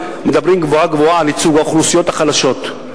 מדברים גבוהה-גבוהה על ייצוג האוכלוסיות החלשות.